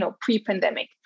pre-pandemic